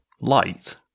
light